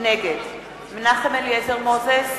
נגד מנחם אליעזר מוזס,